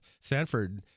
Sanford